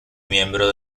miembro